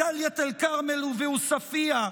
בדאלית אל-כרמל ובעוספיא,